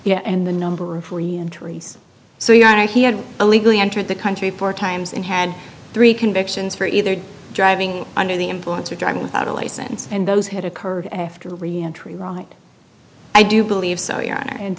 yeah and the number of free entries so you know he had illegally entered the country four times and had three convictions for either driving under the influence or driving without a license and those had occurred after reentry right i do believe so you